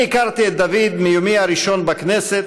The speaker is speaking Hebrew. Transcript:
אני הכרתי את דוד מיומי הראשון בכנסת,